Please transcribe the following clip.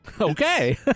okay